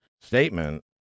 statement